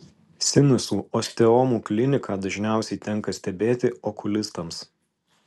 sinusų osteomų kliniką dažniausiai tenka stebėti okulistams